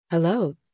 Hello